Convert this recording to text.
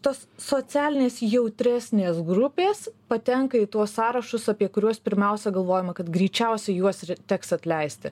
tos socialinės jautresnės grupės patenka į tuos sąrašus apie kuriuos pirmiausia galvojama kad greičiausiai juos ir teks atleisti